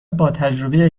باتجربه